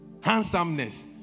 Handsomeness